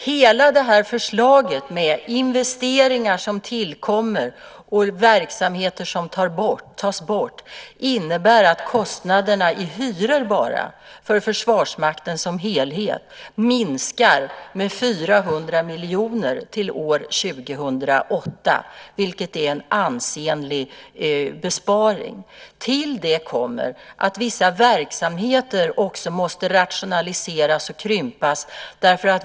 Hela förslaget med investeringar som tillkommer och verksamheter som tas bort innebär att kostnaderna för bara hyror för Försvarsmakten som helhet kommer att minska med 400 miljoner till år 2008, vilket är en ansenlig besparing. Till detta kommer att vissa verksamheter också måste rationaliseras och krympas.